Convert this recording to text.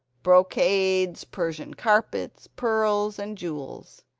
brocades, persian carpets, pearls and jewels.